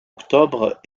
octobre